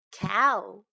Cow